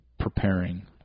preparing